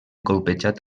colpejat